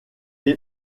est